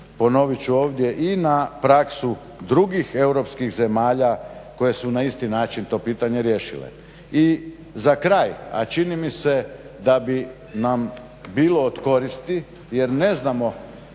ponoviti ću ovdje i na praksu drugih europskih zemalja koje su na isti način to pitanje riješile. I za kraj a čini mi se da bi nam bilo od koristi jer ne znamo